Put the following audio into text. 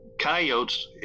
coyotes